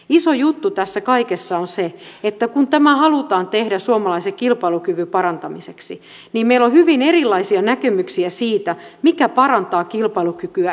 iso juttu tässä kaikessa on se että kun tämä halutaan tehdä suomalaisen kilpailukyvyn parantamiseksi niin meillä on hyvin erilaisia näkemyksiä siitä mikä parantaa kilpailukykyä ja mikä ei